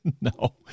No